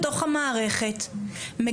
תודה רבה, בטח הדיון היה על כולם.